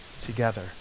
together